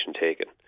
taken